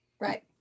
right